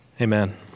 Amen